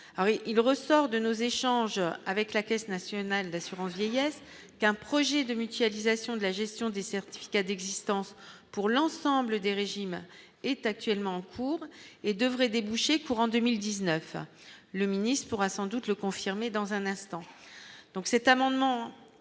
il ressort de nos échanges avec la Caisse nationale d'assurance vieillesse, qu'un projet de mutualisation de la gestion des certificats d'existence pour l'ensemble des régimes est actuellement en cours et devraient déboucher courant 2019 le ministre aura sans doute le confirmer dans un instant